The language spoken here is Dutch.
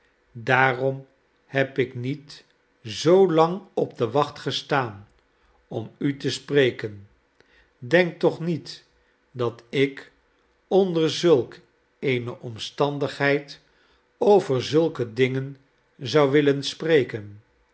daarom heb ik niet zoolang op de wacht gestaan om u te spreken denk toch niet dat ik onder zulk eene omstandigheid over zulke dingen zou willen spreken